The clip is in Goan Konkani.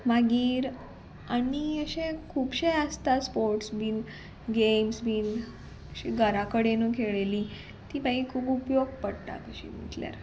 मागीर आनी अशें खुबशे आसता स्पोर्ट्स बीन गेम्स बीन अशी घरा कडेनूय खेळिल्ली ती मागीर खूब उपयोग पडटा कशी म्हटल्यार